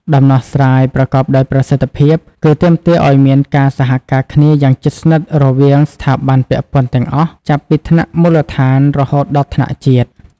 ដំណោះស្រាយប្រកបដោយប្រសិទ្ធភាពគឺ ទាមទារឱ្យមានការសហការគ្នាយ៉ាងជិតស្និទ្ធរវាងស្ថាប័នពាក់ព័ន្ធទាំងអស់ ចាប់ពីថ្នាក់មូលដ្ឋានរហូតដល់ថ្នាក់ជាតិ។